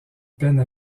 peine